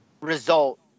result